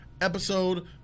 episode